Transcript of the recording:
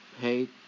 pay